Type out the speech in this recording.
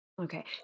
Okay